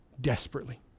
desperately